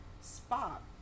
spot